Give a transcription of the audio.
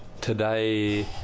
today